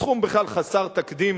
סכום בכלל חסר תקדים